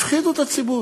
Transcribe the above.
הפחידו את הציבור.